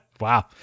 wow